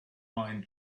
line